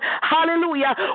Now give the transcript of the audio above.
hallelujah